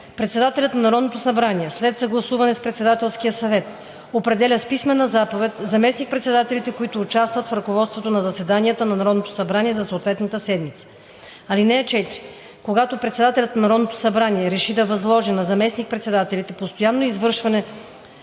Председателят на Народното събрание, след съгласуване с Председателския съвет, определя с писмена заповед заместник-председателите, които участват в ръководството на заседанията на Народното събрание за съответната седмица. (4) Когато председателят на Народното събрание реши да възложи на заместник-председателите постоянно извършването